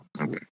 Okay